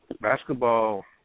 Basketball